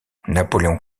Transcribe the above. napoléon